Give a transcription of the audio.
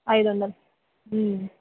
ఐదు వందలు